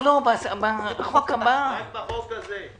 בחוק הבא.